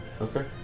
Okay